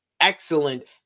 excellent